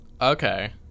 Okay